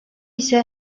ise